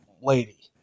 lady